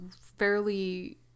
fairly